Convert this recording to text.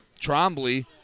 Trombley